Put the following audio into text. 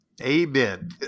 Amen